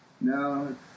No